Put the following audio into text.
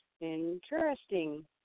Interesting